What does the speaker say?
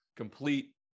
complete